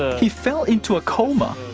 he fell into a coma.